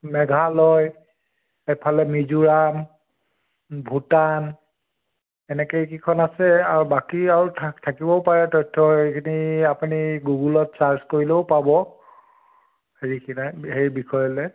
মেঘালয় এইফালে মিজোৰাম ভূটান এনেকৈ এইকেইখন আছে আৰু বাকী আৰু থাকিব পাৰে তথ্য এইখিনি আপুনি গুগুলত চাৰ্চ কৰিলেও পাব সেই বিষয়লৈ